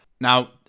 Now